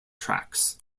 tracks